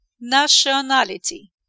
nationality